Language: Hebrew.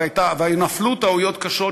ונפלו טעויות קשות,